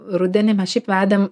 rudenį mes šiaip vedėm